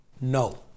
no